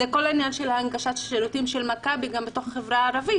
זה כל העניין של הנגשת שירותים של מכבי גם בתוך החברה הערבית.